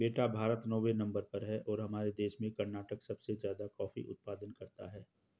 बेटा भारत नौवें नंबर पर है और हमारे देश में कर्नाटक सबसे ज्यादा कॉफी उत्पादन करता है